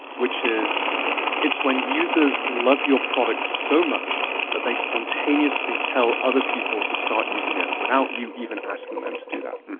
which is it's when users love your product so much that they spontaneously tell other people to start using it without you even asking them to do that.